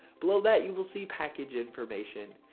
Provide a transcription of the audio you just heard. below that you will see package information.